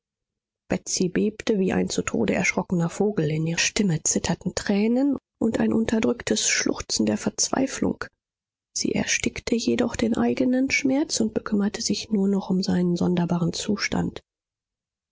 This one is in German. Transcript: wie ein zu tode erschrockener vogel in ihrer stimme zitterten tränen und ein unterdrücktes schluchzen der verzweiflung sie erstickte jedoch den eigenen schmerz und bekümmerte sich nur noch um seinen sonderbaren zustand